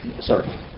sorry